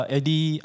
Eddie